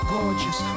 Gorgeous